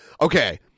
Okay